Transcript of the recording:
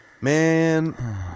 Man